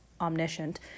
omniscient